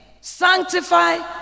sanctify